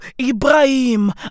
Ibrahim